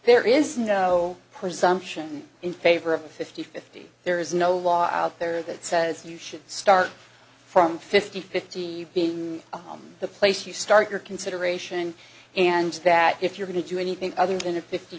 there is no presumption in favor of a fifty there is no law out there that says you should start from fifty fifty in the place you start your consideration and that if you're going to do anything other than a fifty